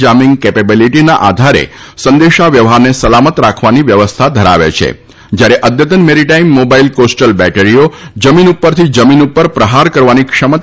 jamming કેપેબલીટીના આધારે સંદેશા વ્યવહારને સલામત રાખવાની વ્યવસ્થા ધરાવે છે એન્ટી અદ્યતન મેરીટાઈમ મોબાઈલ કોસ્ટલ બેટરીઓ જમીન ઉપરથી જમીન ઉપર પ્રહાર કરવાની ક્ષમતા